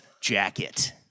jacket